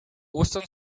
ostern